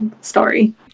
story